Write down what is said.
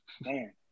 Man